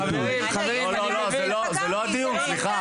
הכתובת על הקיר וזה לא משנה אם זה קורה בתוך המוסד האקדמי,